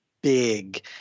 big